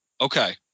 Okay